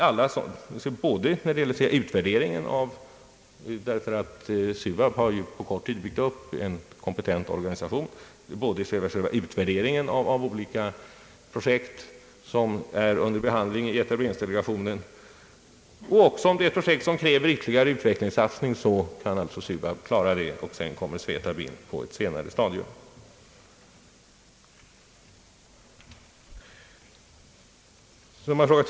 SVAB har på kort tid byggt upp en kompetent organisation, och etableringsdelegationen har samarbetat med SUAB för utvärderingen av olika projekt och projekt som kräver ytterligare utvecklingssatsning. Därefter kommer SVETAB in på ett senare stadium.